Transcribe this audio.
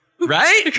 Right